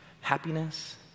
happiness